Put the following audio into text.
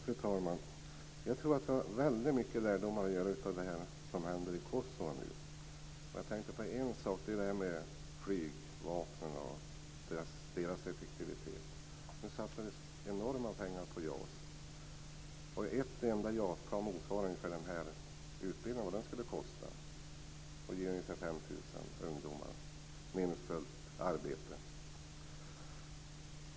Fru talman! Jag tror att vi kan dra många lärdomar av det som nu händer i Kosovo. En sak som jag tänkte på är detta med flygvapnen och deras effektivitet. Nu satsar vi enorma pengar på JAS. Ett enda JAS-plan motsvarar ungefär vad den här utbildningen, som skulle ge ca 5 000 ungdomar meningsfullt arbete, skulle kosta.